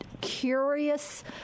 curious